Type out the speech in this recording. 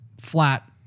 flat